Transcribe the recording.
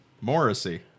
Morrissey